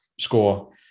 score